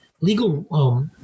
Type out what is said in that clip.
legal